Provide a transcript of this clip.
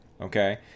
okay